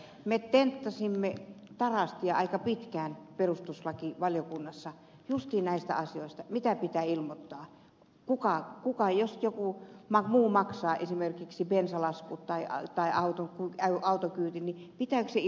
me tenttasimme tarastia aika pitkään perustuslakivaliokunnassa justiin näistä asioista mitä pitää ilmoittaa jos joku muu maksaa esimerkiksi bensalaskut tai autokyydin pitääkö se ilmoittaa vai eikö pidä